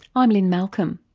i'm lynne malcolm.